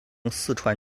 四川